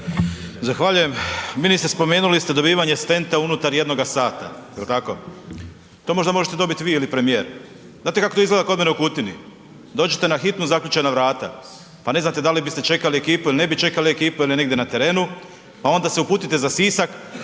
Zahvaljujem. Ministre spomenuli ste dobivanje stenta unutar jednoga sata jel tako? To možda možete dobiti vi ili premijer. Znate kako izgleda kod mene u Kutini? Dođete na hitnu, zaključana vrata, pa ne znate da li biste čekali ekipu ili ne bi čekali ekipu jer je negdje na terenu, pa onda se uputite za Sisak,